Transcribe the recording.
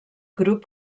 grup